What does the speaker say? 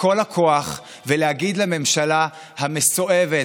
בכל הכוח ולהגיד לממשלה המסואבת,